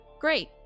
great